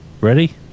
Ready